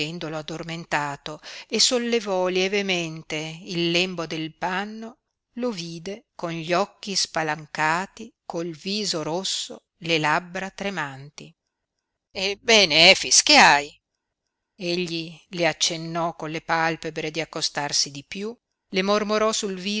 credendolo addormentato e sollevò lievemente il lembo del panno lo vide con gli occhi spalancati col viso rosso le labbra tremanti ebbene efix che hai egli le accennò con le palpebre di accostarsi di piú le mormorò sul